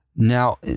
Now